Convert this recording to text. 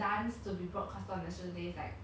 ya but what made you pick up dance